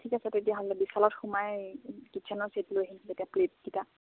ঠিক আছে তেতিয়াহ'লে বিশালত সোমাই কিটচেনৰ চেট লৈ আহিম তেতিয়া প্লেটকেইটা